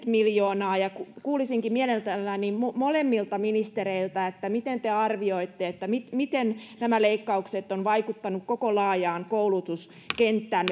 miljoonaa ja kuulisinkin mielelläni molemmilta ministereiltä että miten te arvioitte miten miten nämä leikkaukset ovat vaikuttaneet koko laajaan koulutuskenttään